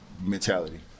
mentality